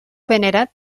venerat